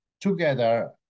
together